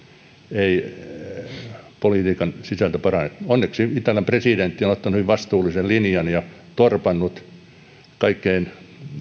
ei politiikan sisältö parane onneksi italian presidentti on ottanut hyvin vastuullisen linjan ja torpannut kaikkein